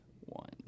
One